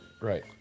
Right